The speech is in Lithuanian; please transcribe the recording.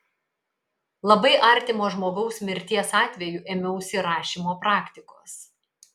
labai artimo žmogaus mirties atveju ėmiausi rašymo praktikos